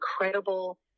incredible